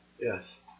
Yes